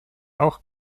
auch